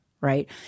right